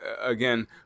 again